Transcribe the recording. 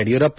Yediyurappa